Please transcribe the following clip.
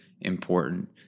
important